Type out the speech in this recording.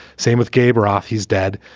same with gaber off. he's dead.